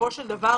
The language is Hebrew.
בסופו של דבר,